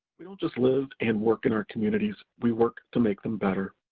we don't just live and work in our communities, we work to make them better.